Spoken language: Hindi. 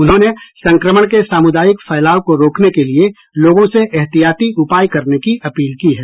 उन्होंने संक्रमण के सामुदायिक फैलाव को रोकने के लिए लोगों से ऐहतियाती उपाय करने की अपील की है